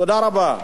תודה רבה.